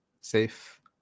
safe